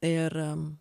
ir am